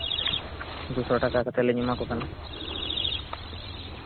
ᱫᱩ ᱥᱚ ᱴᱟᱠᱟ ᱠᱟᱛᱮᱫ ᱞᱤᱧ ᱮᱢᱟ ᱠᱚ ᱠᱟᱱᱟ